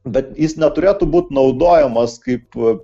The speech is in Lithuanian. bet jis neturėtų būt naudojamas kaip